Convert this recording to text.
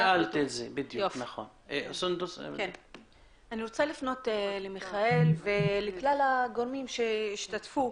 אני רוצה לפנות למיכאל ולכלל הגורמים שהשתתפו,